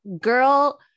girl